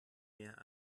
mehr